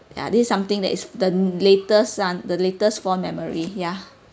ya this is something that is the latest ah the latest fond memory ya